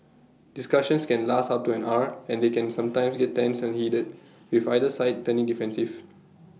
discussions can last up to an hour and they can sometimes get tense and heated with either side turning defensive